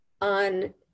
on